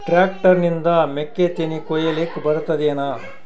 Tractor ನಿಂದ ಮೆಕ್ಕಿತೆನಿ ಕೊಯ್ಯಲಿಕ್ ಬರತದೆನ?